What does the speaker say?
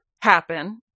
happen